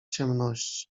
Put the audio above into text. ciemności